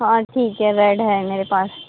हाँ ठीक है रेड है मेरे पास